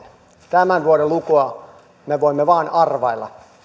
tämän vuoden lukua me voimme vain arvailla